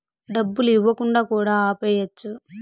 డబ్బులు ఇవ్వకుండా కూడా ఆపేయచ్చు